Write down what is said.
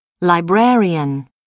Librarian